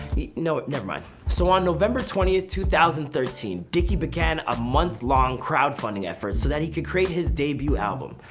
you know what, never mind so on november twentieth, two thousand and thirteen, dicky began a month-long crowd funding effort so that he could create his debut album,